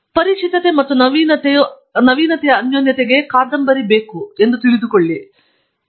ಆದ್ದರಿಂದ ಪರಿಚಿತತೆ ಮತ್ತು ನವೀನತೆಯ ಅನ್ಯೋನ್ಯತೆಗೆ ನವೀನತೆಯು ನಿಮಗೆ ಪರಿಚಿತವಾಗಿರುವದು ಮತ್ತು ಕಾದಂಬರಿಯೇ ಎಂಬುದನ್ನು ತಿಳಿದುಕೊಳ್ಳಬೇಕು